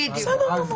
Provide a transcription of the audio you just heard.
בדיוק.